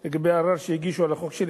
לגבי ערר שהגישו על החוק שלי.